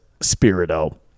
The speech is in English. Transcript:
Spirito